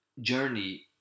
journey